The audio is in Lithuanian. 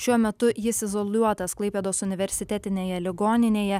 šiuo metu jis izoliuotas klaipėdos universitetinėje ligoninėje